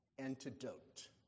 antidote